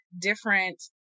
different